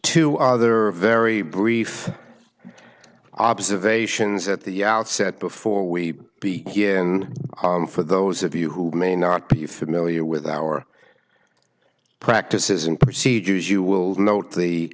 to other very brief observations at the outset before we begin for those of you who may not be familiar with our practices and procedures you will note the